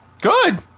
Good